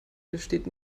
besteht